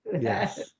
Yes